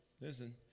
listen